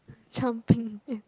jumping